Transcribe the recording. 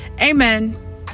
Amen